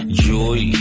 joy